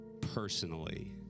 personally